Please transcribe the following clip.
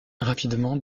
rapidement